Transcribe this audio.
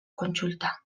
kontsulta